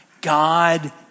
God